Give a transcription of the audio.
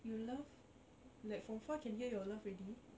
you laugh like from far can hear your laugh already